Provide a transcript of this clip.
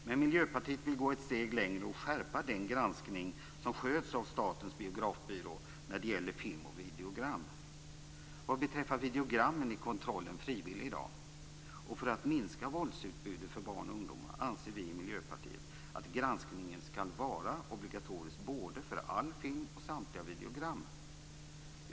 Men Miljöpartiet vill gå ett steg längre och vill skärpa den granskning som sköts av Statens Biografbyrå när det gäller film och videogram. Vad beträffar videogrammen är kontrollen i dag frivillig. För att minska våldsutbudet för barn och ungdomar anser vi i Miljöpartiet att granskningen skall vara obligatorisk både för all film och samtliga videogram.